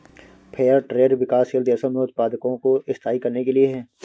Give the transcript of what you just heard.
fair trade विकासशील देशों में उत्पादकों को स्थायी करने के लिए है